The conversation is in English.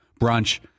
brunch